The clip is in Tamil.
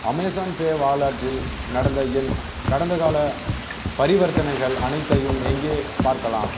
அமேஸான் பே வாலெட்டில் நடந்த என் கடந்தகாலப் பரிவர்த்தனைகள் அனைத்தையும் எங்கே பார்க்கலாம்